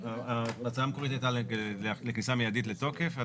ההצעה המקורית הייתה כניסה מיידית לתוקף.